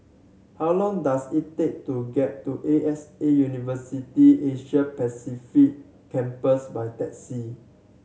how long does it take to get to A X A University Asia Pacific Campus by taxi